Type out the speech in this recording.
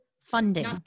funding